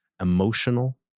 emotional